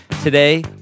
Today